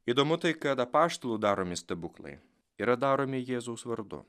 įdomu tai kad apaštalų daromi stebuklai yra daromi jėzaus vardu